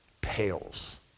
pales